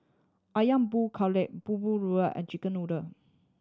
Ayam Buah Keluak bahulu and chicken noodle